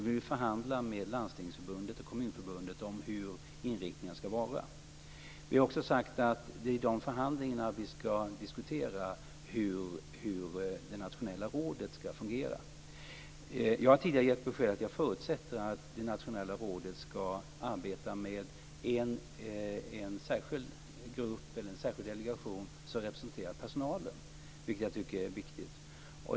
Vi förhandlar med Landstingsförbundet och Kommunförbundet om inriktningen. Vi har också sagt att det är i de förhandlingarna vi skall diskutera hur det nationella rådet skall fungera. Jag har tidigare gett beskedet att jag förutsätter att det nationella rådet skall arbeta med en särskild grupp eller delegation som representerar personalen, vilket jag tycker är viktigt.